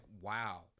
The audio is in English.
wow